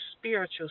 spiritual